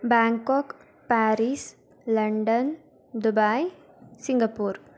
Bangkok Paris London Dubai Singapore